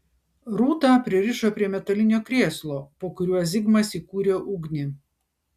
rūtą pririšo prie metalinio krėslo po kuriuo zigmas įkūrė ugnį